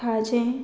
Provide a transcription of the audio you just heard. खाजें